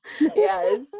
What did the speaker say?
Yes